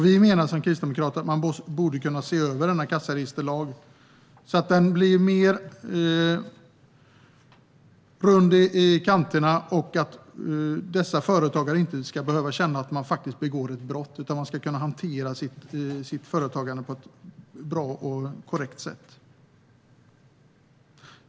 Vi kristdemokrater menar att man borde kunna se över kassaregisterlagen så att den blir mer rund i kanterna och företagarna inte behöver känna att de begår ett brott utan kan hantera sitt företagande på ett bra och korrekt sätt.